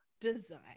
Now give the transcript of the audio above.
design